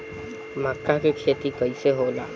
मका के खेती कइसे होला?